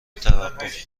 توقف